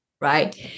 right